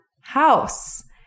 House